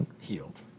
healed